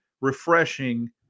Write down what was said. refreshing